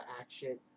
action